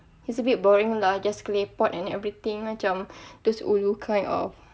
it's a bit boring lah just claypot and everything macam those ulu kind of